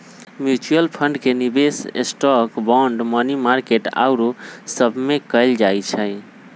mutual fund के निवेश stock, bond, money market आउरो सभमें कएल जाइ छइ